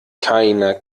keiner